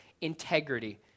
integrity